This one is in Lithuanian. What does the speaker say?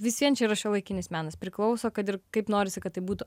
vis vien čia yra šiuolaikinis menas priklauso kad ir kaip norisi kad tai būtų